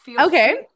Okay